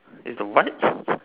it's the what